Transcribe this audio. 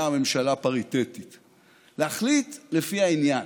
"ממשלה פריטטית"; להחליט לפי העניין,